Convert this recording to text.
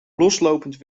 loslopend